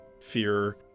fear